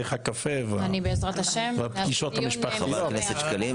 איך הקפה והפגישות המשפחתיות.